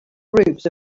groups